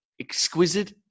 exquisite